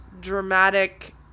dramatic